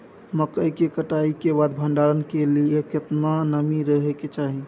मकई के कटाई के बाद भंडारन के लिए केतना नमी रहै के चाही?